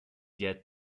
yet